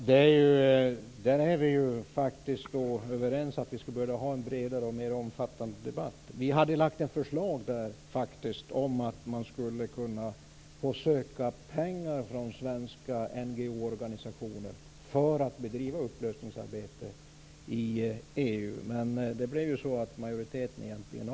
Herr talman! Vi är överens om att vi skulle behöva ha en bredare och mer omfattande debatt. Vi hade faktiskt lagt fram ett förslag om att svenska NGO:er skulle få söka pengar för att bedriva upplysningsarbete i EU, men majoriteten avslog i realiteten det.